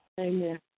Amen